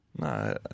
No